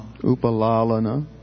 Upalalana